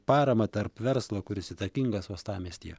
paramą tarp verslo kuris įtakingas uostamiestyje